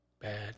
Bad